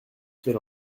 quel